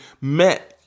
met